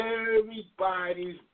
everybody's